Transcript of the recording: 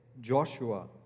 Joshua